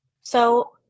So-